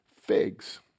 figs